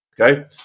Okay